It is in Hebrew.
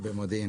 במודיעין.